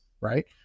right